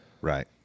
Right